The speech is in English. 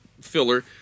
filler